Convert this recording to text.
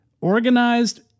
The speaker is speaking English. organized